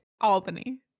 Albany